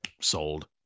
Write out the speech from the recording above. sold